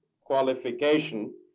qualification